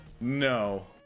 No